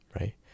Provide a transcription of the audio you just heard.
Right